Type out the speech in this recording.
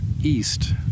east